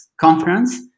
conference